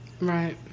Right